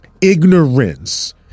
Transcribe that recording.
Ignorance